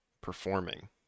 performing